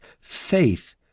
FAITH